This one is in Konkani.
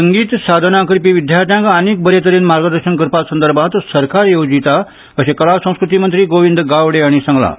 संगीत साधन करपी विद्यार्थ्यांक आनीक बरे तरेन मार्गदर्शन करपा संदर्भांत सरकार येवजीता अशें कला संस्क्रती मंत्री गोविंद गावडे हांणी सांगलां